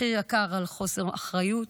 מחיר יקר על חוסר האחריות,